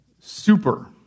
super